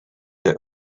der